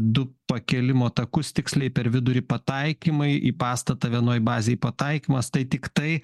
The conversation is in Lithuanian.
du pakilimo takus tiksliai per vidurį pataikymai į pastatą vienoj bazėj pataikymas tai tik tai